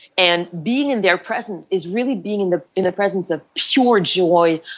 and being in their presence is really being in the in the presence of sure joy,